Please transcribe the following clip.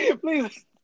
Please